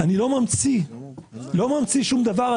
אני לא ממציא שום דבר.